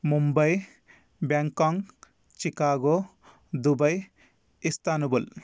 Mumbai Bangkok Chicago Dubai इस्तान् bull